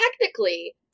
technically